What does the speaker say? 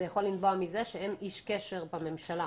זה יכול לנבוע מזה שאין איש קשר בממשלה.